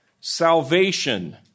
salvation